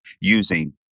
using